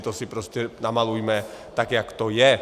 To si prostě namalujme tak, jak to je.